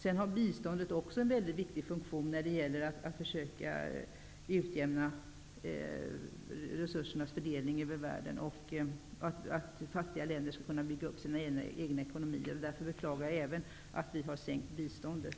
Sedan fyller biståndet också en viktig funktion när det gäller att försöka utjämna resursernas för delning över världen, så att fattiga länder skall kunna bygga upp en egen ekonomi. Därför bekla gar jag även att vi har dragit ned på biståndet.